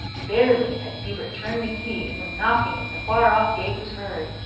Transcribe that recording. barely had hubert turned the key, when knocking at the far-off gate was heard.